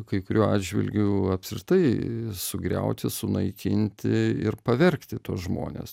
kai kurių atžvilgiu apskritai sugriauti sunaikinti ir pavergti tuos žmones